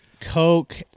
coke